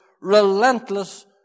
relentless